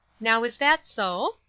now is that so?